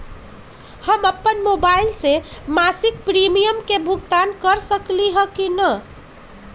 हम अपन मोबाइल से मासिक प्रीमियम के भुगतान कर सकली ह की न?